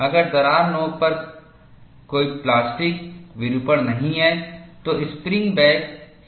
अगर दरार नोक पर कोई प्लास्टिक विरूपण नहीं है तो स्प्रिंग बैक सभी में एक समान होगा